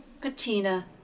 patina